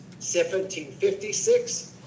1756